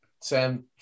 Sam